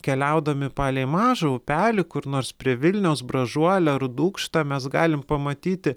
keliaudami palei mažą upelį kur nors prie vilniaus bražuolę ar dūkštą mes galim pamatyti